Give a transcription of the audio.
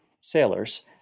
sailors